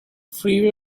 freeway